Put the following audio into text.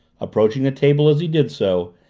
approaching the table as he did so,